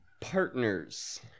partners